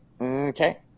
Okay